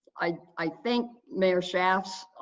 i i think mayor schaaf's